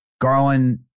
Garland